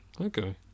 Okay